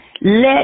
let